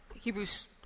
Hebrews